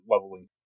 leveling